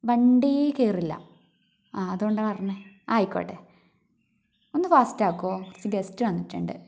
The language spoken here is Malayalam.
വണ്ടി കയറില്ല ആ അതുകൊണ്ടാണ് പറഞ്ഞത് ആയിക്കോട്ടെ ഒന്നു ഫാസ്റ്റ് ആക്കുമോ കുറച്ച് ഗസ്റ്റ് വന്നിട്ടുണ്ട്